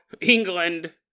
England